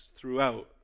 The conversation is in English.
throughout